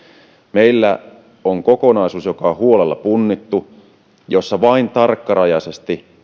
meillä on kokonaisuus joka on huolella punnittu jossa vain tarkkarajaisia